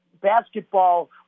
basketball